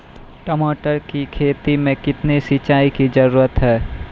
टमाटर की खेती मे कितने सिंचाई की जरूरत हैं?